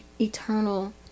eternal